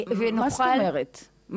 מה זאת אומרת?